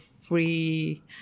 free